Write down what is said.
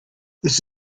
this